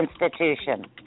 institution